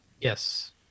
Yes